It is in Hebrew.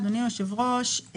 אדוני היושב-ראש,